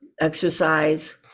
exercise